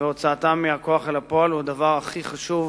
והוצאתם מהכוח אל הפועל הם הדבר הכי חשוב